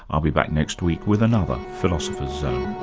i'll be back next week with another philosopher's zone